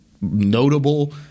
notable